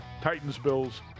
Titans-Bills